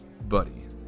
buddy